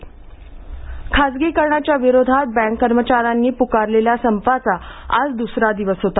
bank संप खासगीकरणाच्या विरोधात बँक कर्मचाऱ्यांनी प्कारलेल्या संपाचा आज द्सरा दिवस होता